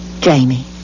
Jamie